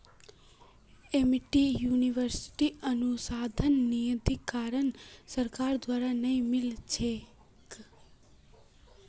Amity यूनिवर्सिटीत अनुसंधान निधीकरण सरकार द्वारा नइ मिल छेक